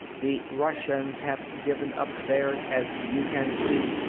the russians have given up theirs, as you can see.